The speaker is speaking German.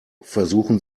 versuchen